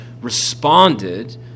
responded